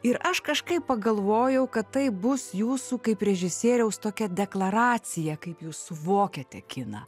ir aš kažkaip pagalvojau kad tai bus jūsų kaip režisieriaus tokia deklaracija kaip jūs suvokiate kiną